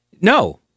No